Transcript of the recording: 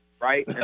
Right